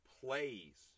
plays